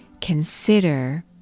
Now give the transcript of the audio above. consider